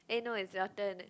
eh no is your turn